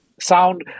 sound